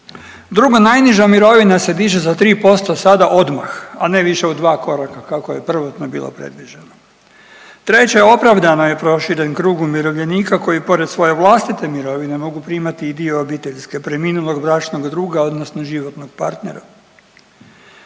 Drugo, najniža mirovina se diže za 3% sada odmah, a ne više u dva koraka kako je prvotno bilo predviđeno. Treće, opravdano je proširen krug umirovljenika koji pored svoje vlastite mirovine mogu primati i dio obiteljske preminulog bračnog druga odnosno životnog partnera.